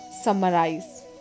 summarize